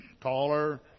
taller